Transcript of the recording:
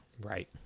Right